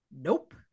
nope